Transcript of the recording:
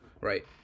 right